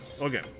Okay